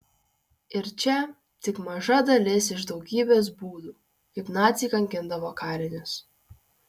ir čia tik maža dalis iš daugybės būdų kaip naciai kankindavo kalinius